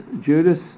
Judas